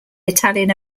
italian